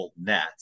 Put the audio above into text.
net